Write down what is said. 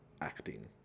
acting